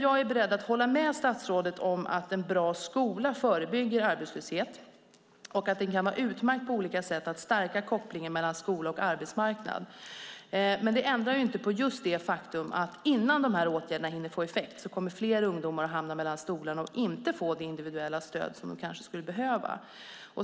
Jag är beredd att hålla med statsrådet om att en bra skola förebygger arbetslöshet och att det kan vara utmärkt att på olika sätt stärka kopplingen mellan skola och arbetsmarknad. Men det ändrar inte på det faktum att innan dessa åtgärder hinner få effekt kommer fler ungdomar att hamna mellan stolarna och inte få det individuella stöd som de kanske skulle behöva.